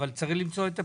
אבל צריך למצוא את הפתרון.